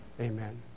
Amen